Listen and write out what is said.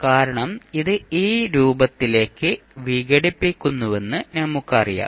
കാരണം ഇത് ഈ രൂപത്തിലേക്ക് വിഘടിപ്പിക്കുന്നുവെന്ന് നമുക്കറിയാം